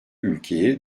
ülkeye